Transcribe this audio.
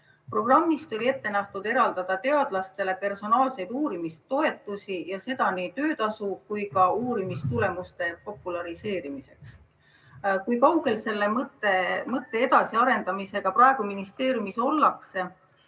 Programmis oli ette nähtud teadlastele personaalsete uurimistoetuste eraldamine nii töötasuks kui ka uurimistulemuste populariseerimiseks. Kui kaugel selle mõtte edasiarendamisega praegu ministeeriumis ollakse?